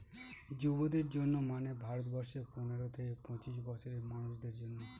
যুবদের জন্য মানে ভারত বর্ষে পনেরো থেকে পঁচিশ বছরের মানুষদের জন্য